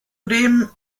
dem